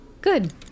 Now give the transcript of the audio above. Good